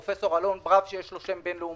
פרופסור אלון ברם שיש לו שם בינלאומי,